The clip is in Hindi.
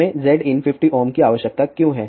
हमें Zin 50 Ω की आवश्यकता क्यों है